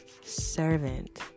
servant